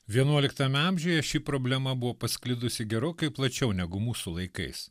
vienuoliktame amžiuje ši problema buvo pasklidusi gerokai plačiau negu mūsų laikais